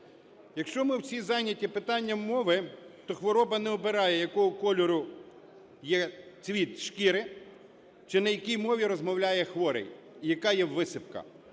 Якщо ми всі зайняті питанням мови, то хвороба не обирає, якого кольору є цвіт шкіри, чи на якій мові розмовляє хворий, і яка є висипка.